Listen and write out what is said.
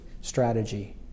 strategy